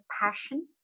passion